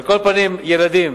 ילדים,